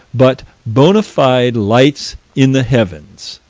but bona fide lights in the heavens.